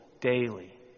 daily